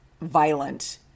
violent